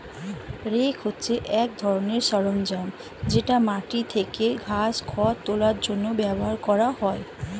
rake হচ্ছে এক ধরনের সরঞ্জাম যেটা মাটি থেকে ঘাস, খড় তোলার জন্য ব্যবহার করা হয়